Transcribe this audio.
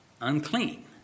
unclean